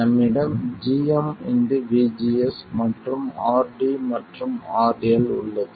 நம்மிடம் gmVGS மற்றும் RD மற்றும் RL உள்ளது